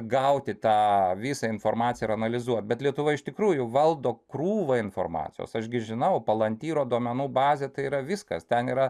gauti tą visą informaciją ir analizuot bet lietuva iš tikrųjų valdo krūvą informacijos aš gi žinau palantyro duomenų bazė tai yra viskas ten yra